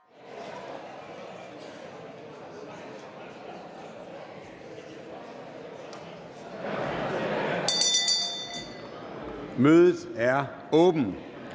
Mødet er åbnet.